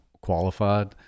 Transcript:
qualified